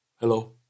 Hello